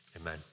Amen